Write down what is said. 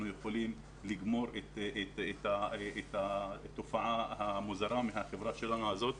יכולים לגמור את התופעה המוזרה הזאת